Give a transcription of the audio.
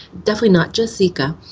definitely not just zika.